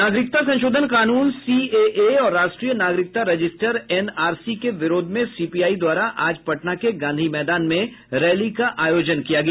नागरिकता संशोधन कानून सीएए और राष्ट्रीय नागरिकता रजिस्टर एनआरसी के विरोध में सीपीआई द्वारा आज पटना के गांधी मैदान में रैली का आयोजन किया गया